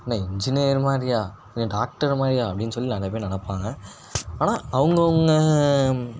என்ன இன்ஜினியர் மாதிரியா என்ன டாக்டர் மாதிரியா அப்படின்னு சொல்லி நிறைய பேர் நினப்பாங்க ஆனால் அவங்கவுங்க